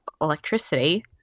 electricity